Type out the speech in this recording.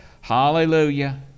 hallelujah